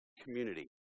community